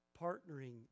partnering